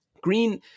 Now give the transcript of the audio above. Green